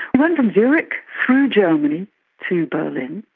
went from zurich through germany to berlin,